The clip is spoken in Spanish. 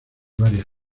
varias